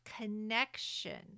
connection